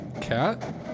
cat